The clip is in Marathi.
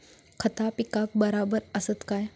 खता पिकाक बराबर आसत काय?